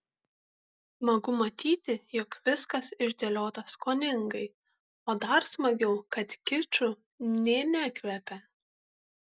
smagu matyti jog viskas išdėliota skoningai o dar smagiau kad kiču nė nekvepia